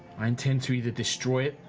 i intend to either destroy it,